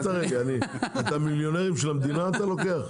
את המיליונרים של המדינה אתה לוקח?